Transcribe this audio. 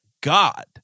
God